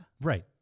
Right